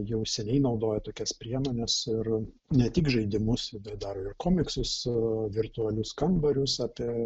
jau seniai naudoja tokias priemones ir ne tik žaidimus bet dar ir komiksus virtualius kambarius apie